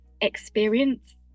experience